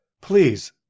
Please